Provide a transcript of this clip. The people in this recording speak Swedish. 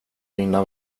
vinna